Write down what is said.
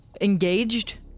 Engaged